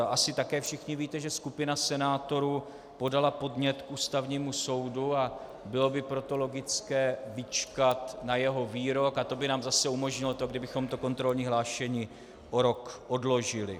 Asi také všichni víte, že skupina senátorů podala podnět k Ústavnímu soudu, a bylo by proto logické vyčkat na jeho výrok, a to by nám zase umožnilo to, kdybychom to kontrolní hlášení o rok odložili.